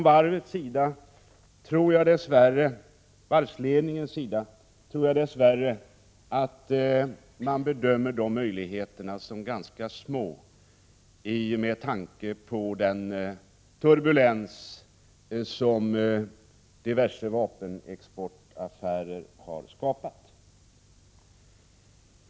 Jag tror dess värre att man från varvsledningens sida bedömer de möjligheterna som ganska små med tanke på den turbulens som diverse vapenexportaffärer har skapat.